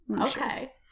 okay